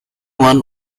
one